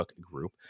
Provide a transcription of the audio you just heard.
group